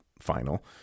Final